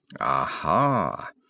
Aha